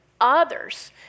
others